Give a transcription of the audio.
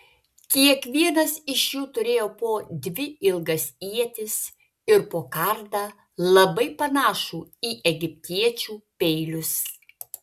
kiekvienas iš jų turėjo po dvi ilgas ietis ir po kardą labai panašų į egiptiečių peilius